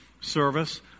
service